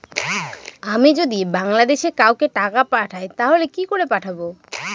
আমি যদি বাংলাদেশে কাউকে টাকা পাঠাই তাহলে কি করে পাঠাবো?